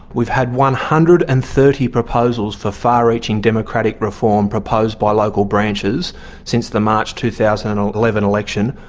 we've had one hundred and thirty proposals for far-reaching democratic reform proposed by local branches since the march two thousand and eleven election.